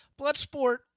Bloodsport